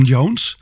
Jones